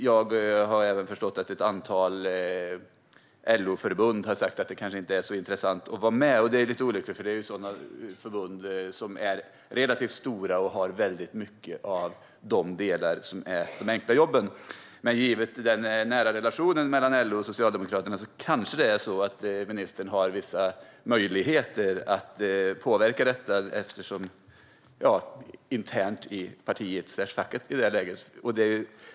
Jag har också förstått att ett antal LO-förbund har sagt att de kanske inte tycker att det är så intressant att vara med, och det är ju lite olyckligt, för det är förbund som är relativt stora och organiserar rätt många av dem som har enkla jobb. Men givet den nära relationen mellan LO och Socialdemokraterna har kanske ministern vissa möjligheter att påverka detta.